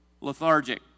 lethargic